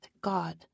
God